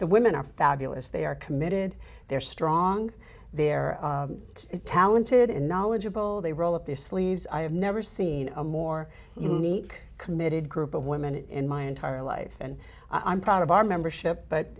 e women are fabulous they are committed they're strong they're talented and knowledgeable they roll up their sleeves i have never seen a more unique committed group of women in my entire life and i'm proud of our membership but